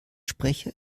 sprecher